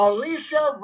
Alicia